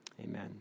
Amen